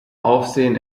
aufsehen